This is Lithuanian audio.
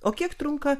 o kiek trunka